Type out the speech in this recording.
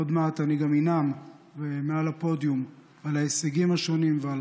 עוד מעט אני גם אנאם מעל הפודיום על ההישגים השונים ועל